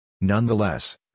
Nonetheless